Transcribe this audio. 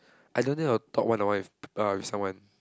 I don't think I will talk one on one with uh with someone